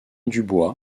dubois